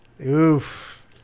Oof